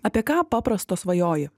apie ką paprasto svajoji